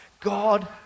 God